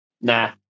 Nah